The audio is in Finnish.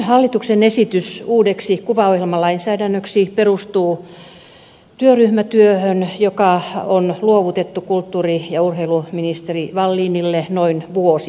hallituksen esitys uudeksi kuvaohjelmalainsäädännöksi perustuu työryhmätyöhön joka on luovutettu kulttuuri ja urheiluministeri wallinille noin vuosi sitten